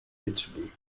italy